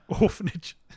orphanage